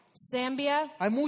Zambia